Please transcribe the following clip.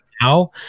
now